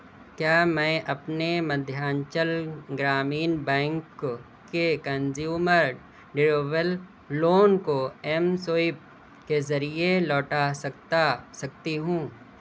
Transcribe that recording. کیا میں اپنے مدھیانچل گرامین بینک کے کنزیومر ڈیویبل لون کو ایم سویپ کے ذریعے لوٹا سکتا سکتی ہوں